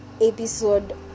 episode